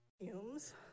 fumes